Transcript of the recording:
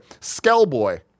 Skellboy